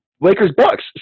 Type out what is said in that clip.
Lakers-Bucks